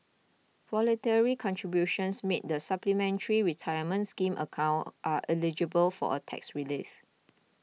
voluntary contributions made the Supplementary Retirement Scheme account are eligible for a tax relief